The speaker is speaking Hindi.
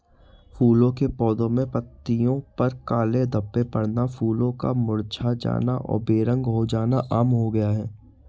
फूलों के पौधे में पत्तियों पर काले धब्बे पड़ना, फूलों का मुरझा जाना और बेरंग हो जाना आम हो गया है